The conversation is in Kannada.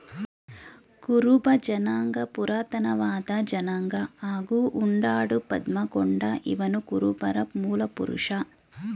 ಕುರುಬ ಜನಾಂಗ ಪುರಾತನವಾದ ಜನಾಂಗ ಹಾಗೂ ಉಂಡಾಡು ಪದ್ಮಗೊಂಡ ಇವನುಕುರುಬರ ಮೂಲಪುರುಷ